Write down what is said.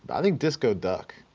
but i think disco duck,